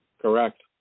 Correct